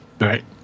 right